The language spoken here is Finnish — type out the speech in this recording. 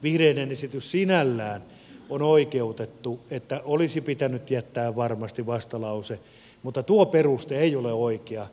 vihreiden esitys sinällään on oikeutettu että olisi pitänyt jättää varmasti vastalause mutta tuo peruste ei ole oikea